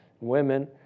women